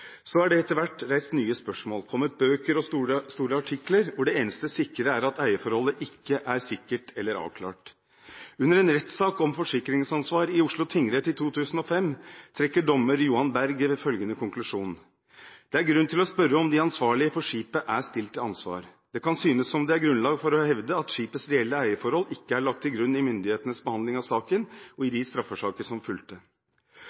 er det etter hvert reist nye spørsmål og kommet bøker og store artikler hvor det eneste sikre er at eierforholdet ikke er sikkert eller avklart. Under en rettssak om forsikringsansvar i Oslo tingrett i 2005, trekker dommer Johan Berg denne konklusjonen og sier at «det er grunn til å stille spørsmål om de ansvarlige for skipet er stilt til ansvar. Det kan synes som om det er grunnlag for å hevde at skipets reelle eierforhold ikke er lagt til grunn i myndighetens behandling av saken og i de straffesaker som fulgte».